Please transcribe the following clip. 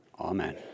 Amen